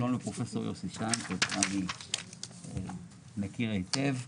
שלום לפרופסור יוסי שיין אותו אני מכיר היטב.